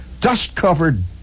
dust-covered